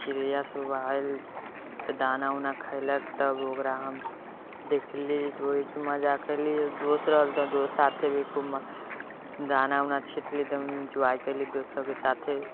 चिड़ैआसब आएल तऽ दाना उना खइलक तब ओकरा हम देखली तऽ ओहिसँ मजा कएली दोस्त रहल तऽ दोस्त साथे भी खूब दाना उना छिटली तब ईन्जॉय कएली दोस्त सबके साथे